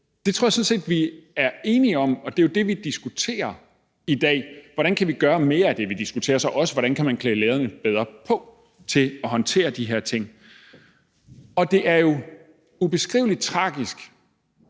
tror jeg sådan set vi er enige om. Det er jo det, vi diskuterer i dag, nemlig hvordan vi kan gøre mere af det. Vi diskuterer så også, hvordan man kan klæde lærerne bedre på til at håndtere de her ting. Og det er jo ubeskrivelig tragisk